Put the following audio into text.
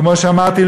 כמו שאמרתי,